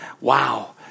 wow